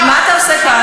מה אתה עושה כאן?